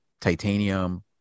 titanium